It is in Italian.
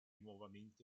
nuovamente